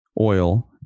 oil